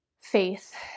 faith